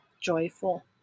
joyful